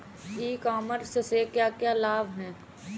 ई commerce से क्या क्या लाभ हैं?